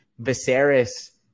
Viserys